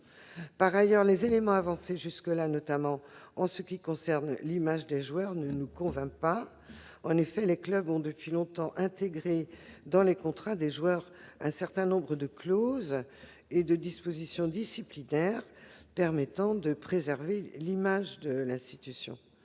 Par ailleurs, les éléments avancés jusqu'à présent, notamment en ce qui concerne l'image des joueurs, ne nous convainquent pas. En effet, les clubs ont depuis longtemps intégré dans les contrats des joueurs un certain nombre de clauses et de dispositions disciplinaires permettant de préserver l'image de l'institution.